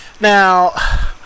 Now